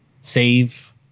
save